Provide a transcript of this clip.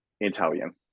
Italian